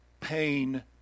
pain